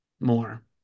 more